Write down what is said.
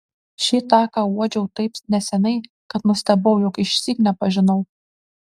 šį tą ką uodžiau taip neseniai kad nustebau jog išsyk nepažinau